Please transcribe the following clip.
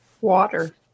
Water